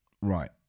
Right